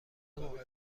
موقع